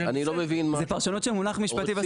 זו פרשנות של מונח משפטי.